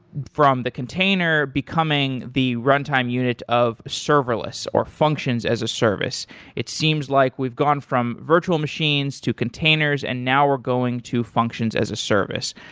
from the container becoming the runtime unit of serverless or functions as a service it seems like we've gone from virtual machines to containers, and now we're going to functions as a service.